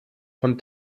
von